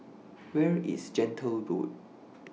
Where IS Gentle Road